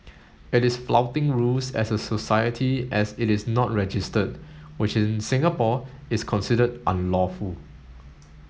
it is flouting rules as a society as it is not registered which in Singapore is considered unlawful